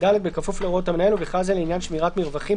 (ד)בכפוף להוראות המנהל ובכלל זה לעניין שמירת מרווחים,